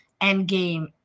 Endgame